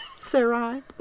Sarah